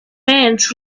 ants